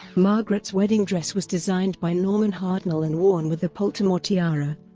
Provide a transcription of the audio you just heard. margaret's wedding dress was designed by norman hartnell and worn with the poltimore tiara.